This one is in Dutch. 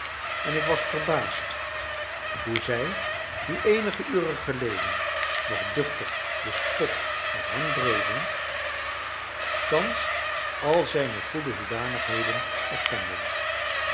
en ik was verbaasd hoe zij die eenige uren geleden nog duchtig den spot met hem dreven thans al zijne goede hoedanigheden erkenden